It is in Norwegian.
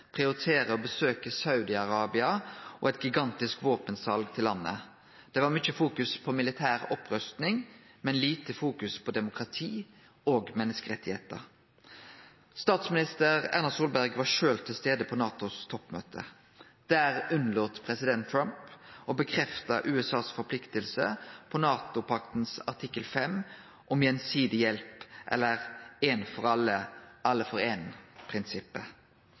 å besøkje Saudi-Arabia og eit gigantisk våpensal til landet. Det var fokusert mykje på militær opprusting, men lite på demokrati og menneskerettar. Statsminister Erna Solberg var sjølv til stades på NATO-toppmøtet. Der unnlét president Trump å stadfeste USAs forplikting på artikkel 5 i NATO-pakta om gjensidig hjelp – eller prinsippet om ein for alle, alle for ein.